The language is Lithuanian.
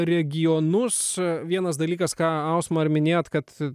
regionus vienas dalykas ką ausma ir minėjote kad